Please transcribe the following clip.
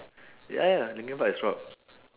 ya ya linkin park is rock